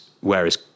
whereas